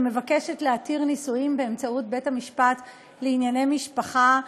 שמבקשת להתיר נישואים באמצעות בית-המשפט לענייני משפחה.